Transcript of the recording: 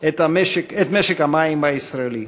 את משק המים הישראלי.